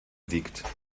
wiegt